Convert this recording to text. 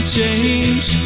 change